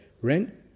rent